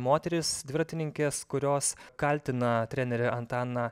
moterys dviratininkės kurios kaltina trenerį antaną